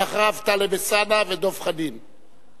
אחריו, טלב אלסאנע ודב חנין.